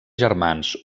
germans